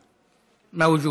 מווג'וד.